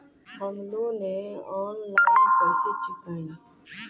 हम loan online कइसे चुकाई?